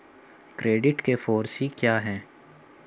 Credit के four C क्या हैं?